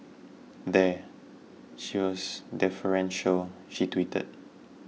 there she was deferential she tweeted